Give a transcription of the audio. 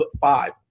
five